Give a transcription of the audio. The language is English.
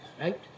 right? –